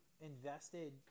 invested